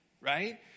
right